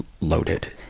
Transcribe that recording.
loaded